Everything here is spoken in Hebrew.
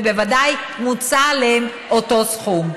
ובוודאי מוצא עליהם אותו סכום.